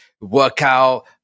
workout